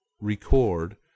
record